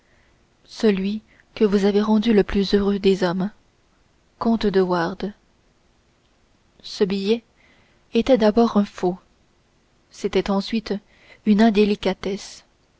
celui que vous avez rendu le plus heureux des hommes comte de wardes ce billet était d'abord un faux c'était ensuite une indélicatesse